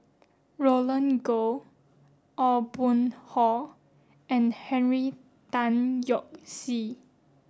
Roland Goh Aw Boon Haw and Henry Tan Yoke See